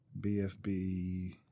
BFB